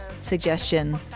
suggestion